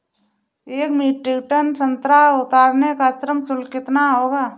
एक metric ton संतरा उतारने का श्रम शुल्क कितना होगा?